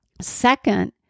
Second